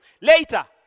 Later